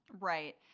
Right